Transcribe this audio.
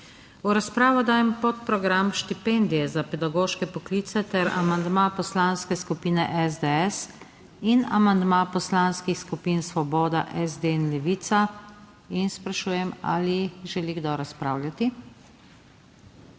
V razpravo dajem podprogram Štipendije za pedagoške poklice ter amandma Poslanske skupine SDS in amandma poslanskih skupin Svoboda, SD in Levica. In sprašujem, ali želi kdo razpravljati?